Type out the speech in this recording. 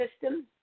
system